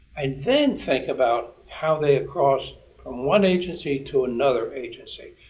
and then think about how they cross from one agency to another agency.